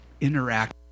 interact